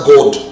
God